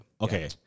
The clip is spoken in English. Okay